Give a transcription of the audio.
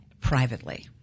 privately